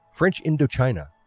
french indochina,